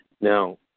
Now